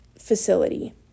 facility